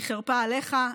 היא חרפה עליך,